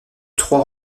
trois